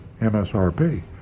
MSRP